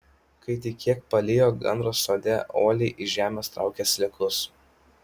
kai tik kiek palijo gandras sode uoliai iš žemės traukė sliekus